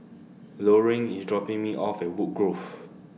Loring IS dropping Me off At Woodgrove